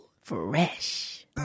Fresh